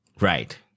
Right